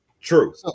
True